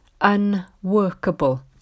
unworkable